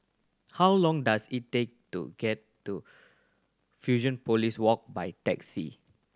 how long does it take to get to Fusionopolis Walk by taxi